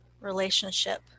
relationship